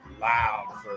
loud